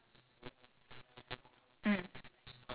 sunblock right is okay cause your that cleanser removes makeup also